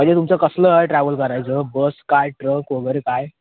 म्हणजे तुमचं कसलं आहे ट्रॅव्हल करायचं बस काय ट्रक वगैरे काय